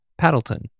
Paddleton